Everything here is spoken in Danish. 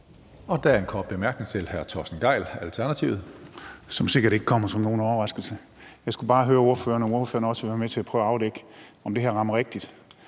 Der er en kort bemærkning til hr. Torsten Gejl, Alternativet. Kl. 15:31 Torsten Gejl (ALT): Den kommer sikkert ikke som nogen overraskelse. Jeg skulle bare høre ordføreren, om ordføreren også vil være med til at prøve at afdække, om det her rammer rigtigt,